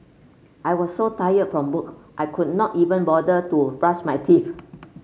I was so tired from work I could not even bother to brush my teeth